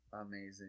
Amazing